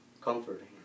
comforting